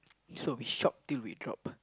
so we shop till we drop